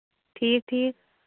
ٹھیٖک ٹھیٖک